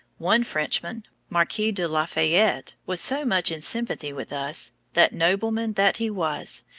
one frenchman, marquis de lafayette was so much in sympathy with us, that, nobleman that he was,